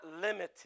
limiting